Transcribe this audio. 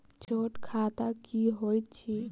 छोट खाता की होइत अछि